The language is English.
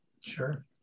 sure